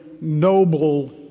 noble